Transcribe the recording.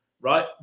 right